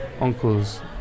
uncles